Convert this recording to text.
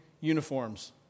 uniforms